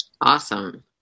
Awesome